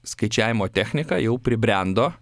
skaičiavimo technika jau pribrendo